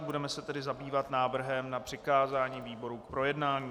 Budeme se tedy zabývat návrhem na přikázání výboru k projednání.